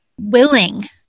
willing